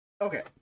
Okay